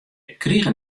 krigen